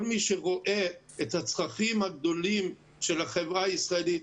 כל מי שרואה את הצרכים הגדולים של החברה הישראלית,